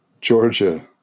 Georgia